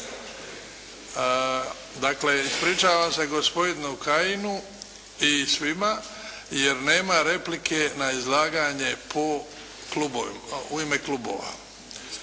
Dakle, ispričavam se gospodinu Kajinu i svima jer nema replike na izlaganje u ima klubova.